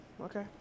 okay